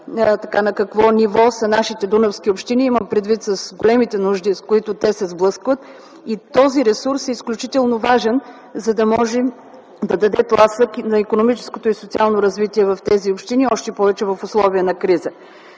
на какво ниво са нашите дунавски общини. Имам предвид големите нужди, с които те се сблъскват. Този ресурс е изключително важен, за да може да се даде тласък на икономическото и социалното развитие в тези общини, още повече в условия на криза.